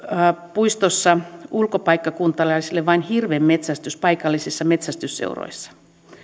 puistossa ulkopaikkakuntalaisille vain hirvenmetsästys paikallisissa metsästysseuroissa